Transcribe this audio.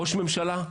ראש ממשלה,